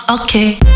okay